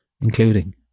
including